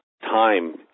time